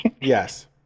yes